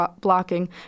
blocking